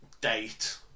date